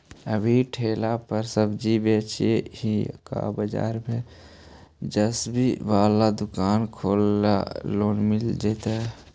अभी ठेला पर सब्जी बेच ही का बाजार में ज्सबजी बाला दुकान खोले ल लोन मिल जईतै?